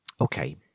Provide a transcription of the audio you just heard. Okay